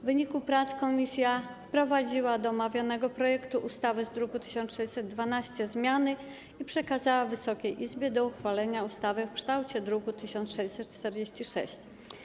W wyniku prac komisja wprowadziła do omawianego projektu ustawy z druku nr 1612 zmiany i przekazała Wysokiej Izbie do uchwalenia projekt ustawy w kształcie z druku nr 1646.